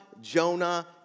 Jonah